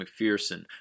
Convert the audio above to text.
McPherson